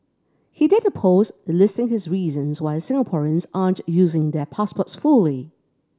he did a post listing his reasons why Singaporeans aren't using their passports fully